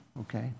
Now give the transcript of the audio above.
okay